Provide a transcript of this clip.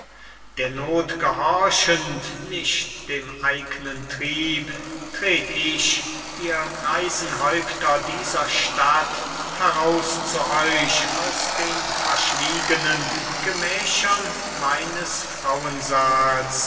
der noth gehorchend nicht dem eignen trieb tret ich ihr greisen häupter dieser stadt heraus zu euch aus den verschwiegenen gemächern meines